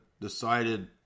decided